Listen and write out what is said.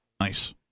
Nice